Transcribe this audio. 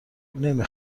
نمی